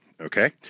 Okay